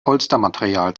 polstermaterial